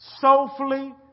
Soulfully